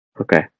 Okay